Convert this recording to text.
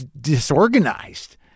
disorganized